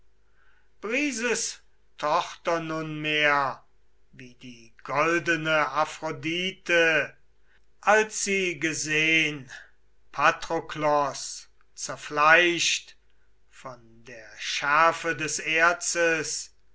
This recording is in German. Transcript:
tochter nunmehr wie die goldene aphrodite als sie gesehn patroklos zerfleischt von der schärfe des erzes